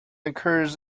occurs